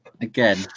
again